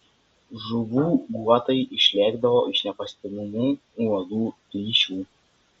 žuvų guotai išlėkdavo iš nepastebimų uolų plyšių